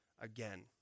again